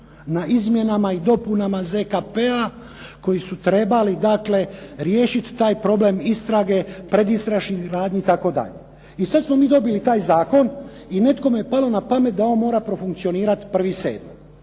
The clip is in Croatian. na Izmjenama i dopunama ZKP-a koji su trebali dakle riješiti taj problem istrage, predistražnih radnji itd.. I sada smo mi dobili taj zakon i nekome je palo na pamet da on mora profunkcionirati 1. 7.